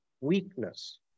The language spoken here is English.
Weakness